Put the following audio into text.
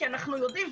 כי אנחנו יודעים,